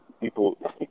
people